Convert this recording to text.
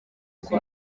ngo